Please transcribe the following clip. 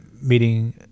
meeting